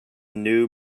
new